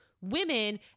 women